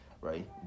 right